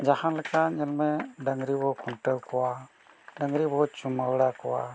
ᱡᱟᱦᱟᱸ ᱞᱮᱠᱟ ᱧᱮᱞ ᱢᱮ ᱰᱟᱹᱝᱨᱤ ᱵᱚ ᱠᱷᱩᱱᱴᱟᱹᱣ ᱠᱚᱣᱟ ᱰᱟᱹᱝᱨᱤ ᱵᱚ ᱪᱩᱢᱟᱹᱲᱟ ᱠᱚᱣᱟ